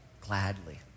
gladly